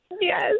Yes